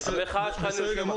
המחאה שלך נרשמה.